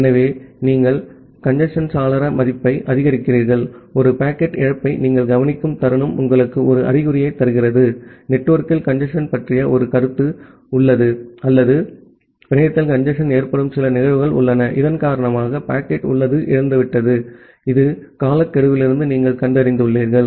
ஆகவே நீங்கள் கஞ்சேஸ்ன் சாளர மதிப்பை அதிகரிக்கிறீர்கள் ஒரு பாக்கெட் இழப்பை நீங்கள் கவனிக்கும் தருணம் உங்களுக்கு ஒரு அறிகுறியைத் தருகிறது நெட்வொர்க்கில் கஞ்சேஸ்ன் பற்றிய ஒரு கருத்து உள்ளது அல்லது பிணையத்தில் கஞ்சேஸ்ன் ஏற்படும் சில நிகழ்வுகள் உள்ளன இதன் காரணமாக பாக்கெட் இழந்துவிட்டது இது காலக்கெடுவிலிருந்து நீங்கள் கண்டறிந்துள்ளீர்கள்